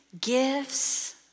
gifts